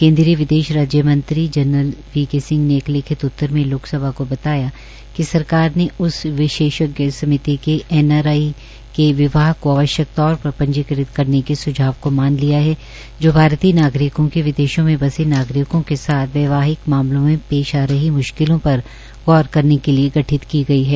केन्द्रीय विदेश राज्य मंत्री जनरल वी के सिंह ने एक लिखित उत्तर में लोकसभा को बताया कि सरकार ने उस विशेषज्ञ समिति के एन आर आई के विवाह को आवश्यक तौर पर पंजीकृत करने के सुझाव को मान लिया है जो भारतीय नागरिकों के विदेशों में बसे नागरिकों के साथ वैवाहिक मामलों में पेश आ रही म्श्किलों पर गौर करने के लिए गठित की गई है